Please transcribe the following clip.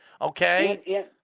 Okay